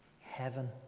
Heaven